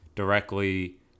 Directly